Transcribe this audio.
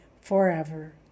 forever